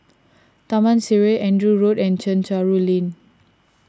Taman Sireh Andrew Road and Chencharu Lane